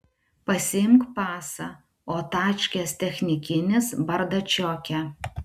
pasiimk pasą o tačkės technikinis bardačioke